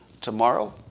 tomorrow